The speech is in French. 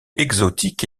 exotiques